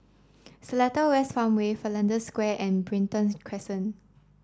Seletar West Farmway Flanders Square and Brighton Crescent